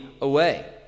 away